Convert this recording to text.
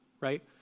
right